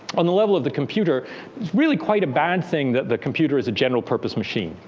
on the level of the computer, it's really quite a bad thing that the computer is a general-purpose machine.